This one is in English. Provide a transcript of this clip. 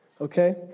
okay